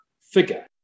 figure